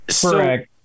Correct